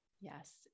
Yes